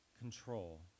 control